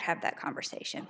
have that conversation